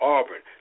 Auburn